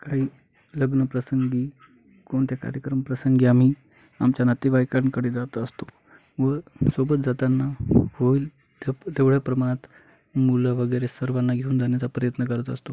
काही लग्नप्रसंगी कोणत्या कार्यक्रमप्रसंगी आम्ही आमच्या नातेवाईकांकडे जाता असतो व सोबत जाताना होईल ते तेवढ्या प्रमाणात मुलं वगैरे सर्वांना घेऊन जाणयाचा प्रयत्न करत असतो